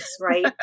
right